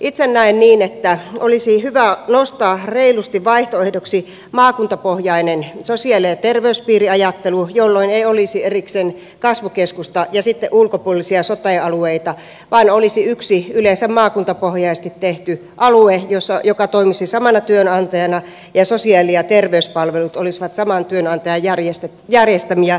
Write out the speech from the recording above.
itse näen niin että olisi hyvä nostaa reilusti vaihtoehdoksi maakuntapohjainen sosiaali ja terveyspiiriajattelu jolloin ei olisi erikseen kasvukeskusta ja sitten ulkopuolisia sote alueita vaan olisi yksi yleensä maakuntapohjaisesti tehty alue joka toimisi samana työnantajana ja sosiaali ja terveyspalvelut olisivat saman työnantajan järjestämiä